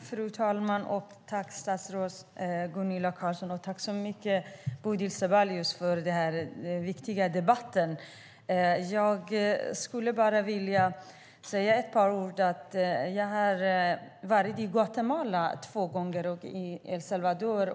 Fru talman! Tack statsrådet Gunilla Carlsson! Stort tack också till Bodil Ceballos för denna viktiga debatt! Jag har varit i Guatemala två gånger och i El Salvador.